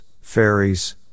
fairies